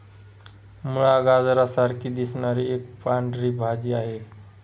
मुळा, गाजरा सारखी दिसणारी एक पांढरी भाजी आहे